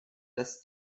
das